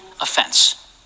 offense